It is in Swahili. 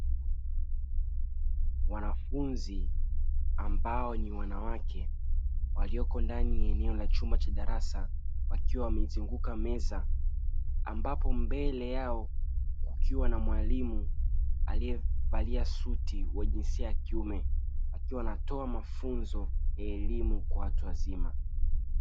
Wanafunzi ambao ni wanawake waliyoko ndani ya eneo la chumba cha darasa wakiwa wamezunguka meza, ambapo mbele yao kukiwa na mwalimu aliye valia suti wa jinsia ya kiume akiwa anatoa mafunzo ya elimu kwa watu wazima.